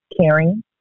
caring